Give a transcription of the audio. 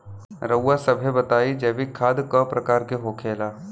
रउआ सभे बताई जैविक खाद क प्रकार के होखेला?